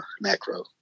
macro